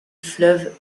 fleuve